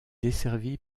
desservie